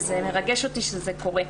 וזה מרגש אותי שזה קורה.